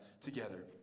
together